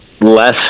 less